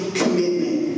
commitment